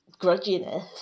grudginess